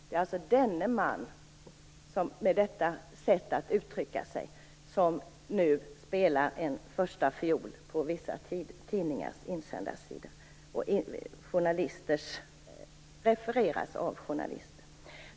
Det är alltså denne man med detta sätt att uttrycka sig som nu spelar en första fiol på vissa tidningars insändarsidor och som refereras av journalister.